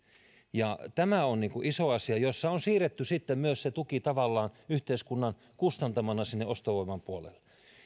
tämä on iso asia jossa on siirretty sitten myös se tuki tavallaan yhteiskunnan kustantamana sinne ostovoiman puolelle